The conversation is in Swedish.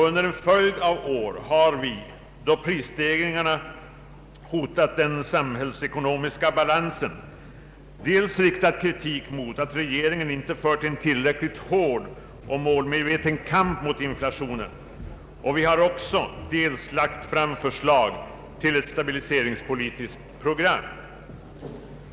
Under en följd av år har vi, då prisstegringarna hotat den samhällsekonomiska balansen, dels riktat kritik mot att regeringen inte fört en tillräckligt hård och målmedveten kamp mot inflationen, dels lagt fram förslag till ett stabiliseringspolitiskt program.